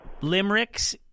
limericks